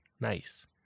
Nice